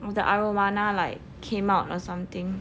with the arowana like came out or something